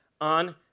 on